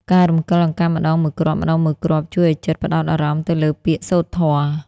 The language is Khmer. ការរំកិលអង្កាំម្តងមួយគ្រាប់ៗ ជួយឱ្យចិត្តផ្ដោតអារម្មណ៍ទៅលើពាក្យសូត្រធម៌។